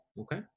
Okay